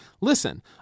Listen